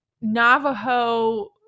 Navajo